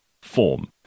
form